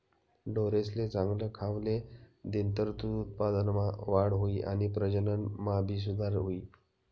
ढोरेसले चांगल खावले दिनतर दूध उत्पादनमा वाढ हुई आणि प्रजनन मा भी सुधार हुई